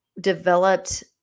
developed